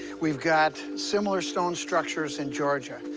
we've got similar stone structures in georgia.